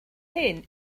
hyn